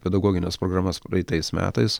pedagogines programas praeitais metais